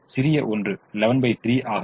சிறிய ஒன்று 113 ஆக இருக்கும்